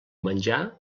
menjar